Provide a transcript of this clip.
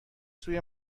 سوی